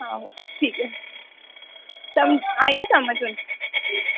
आहो ठीक ऐ समझ आई गेआ समझ